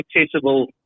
accessible